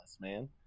man